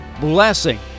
blessing